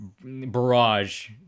barrage